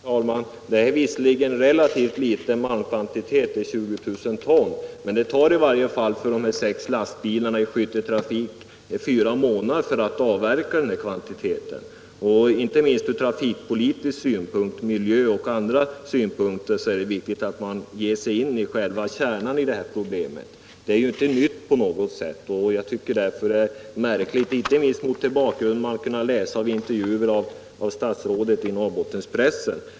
Herr talman! Det är visserligen en relativt liten malmkvantitet det är fråga om, 20 000 ton, men det tar i varje fall för de här sex lastbilarna i skytteltrafik fyra månader att frakta den kvantiteten. Inte minst ur trafikpolitisk synpunkt men även ur miljösynpunkt osv. är det viktigt att man ger sig in i själva kärnan av problemet. Detta är inte nytt på något sätt. Jag tycker därför att det är märkligt att inget görs, bl.a. mot bakgrund av vad man kunnat läsa i intervjuer med statsrådet i Norrbottenspressen.